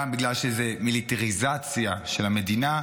גם בגלל שזה מיליטריזציה של המדינה,